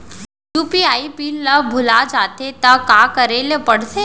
UPI pin ल भुला जाथे त का करे ल पढ़थे?